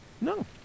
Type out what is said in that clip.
No